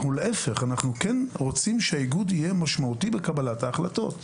אנחנו רוצים שהאיגוד יהיה גוף משמעותי בקבלת ההחלטות.